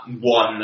one